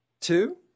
two